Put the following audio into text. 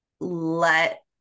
let